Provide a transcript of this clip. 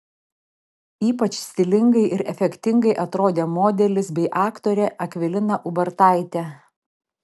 ypač stilingai ir efektingai atrodė modelis bei aktorė akvilina ubartaitė